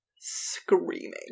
Screaming